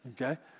okay